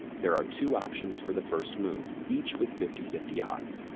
there are two options for the first move, each with fifty fifty odds.